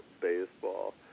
baseball